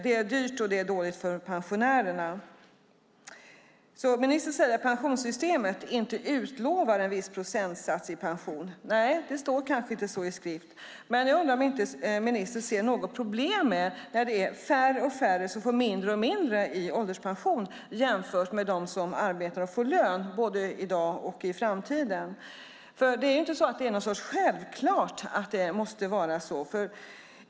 Det är dyrt, och det är dåligt för pensionärerna. Ministern säger att pensionssystemet inte utlovar en viss procentsats i pension. Nej, det står kanske inte så i skrift, men jag undrar om inte ministern ser något problem med att det är färre och färre som får mindre och mindre i ålderspension jämfört med dem som arbetar och får lön, både i dag och i framtiden. Det är nämligen inte självklart att det måste vara så.